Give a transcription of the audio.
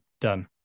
done